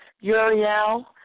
Uriel